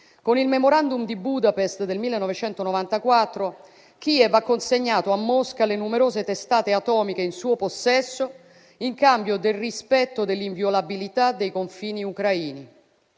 con il *memorandum* di Budapest del 1994, Kiev ha consegnato a Mosca le numerose testate atomiche in suo possesso in cambio del rispetto dell'inviolabilità dei confini ucraini.